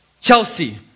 Chelsea